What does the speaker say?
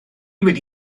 wedi